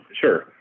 Sure